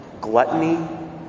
gluttony